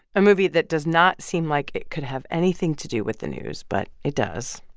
a movie that does not seem like it could have anything to do with the news, but it does.